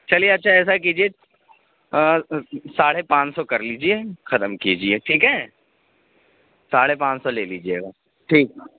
چلیے اچھا ایسا کیجیے ساڑھے پانچ سو کر لیجیے ختم کیجیے ٹھیک ہے ساڑھے پانچ سو لے لیجیے گا ٹھیک